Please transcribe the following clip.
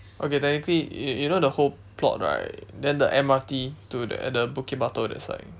okay technically you you know the whole plot right then the M_R_T to the at the bukit-batok that side